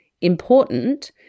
important